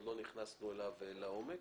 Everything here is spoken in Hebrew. עוד לא נכנסנו אליו לעומק.